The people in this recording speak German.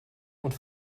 und